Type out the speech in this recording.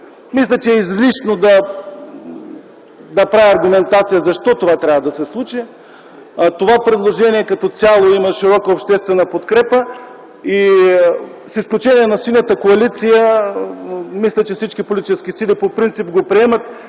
Мисля, че е излишно да правя аргументация защо това трябва да се случи. Това предложение като цяло има широка обществена подкрепа. С изключение на Синята коалиция всички политически сили по принцип го приемат.